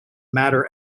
matter